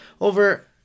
over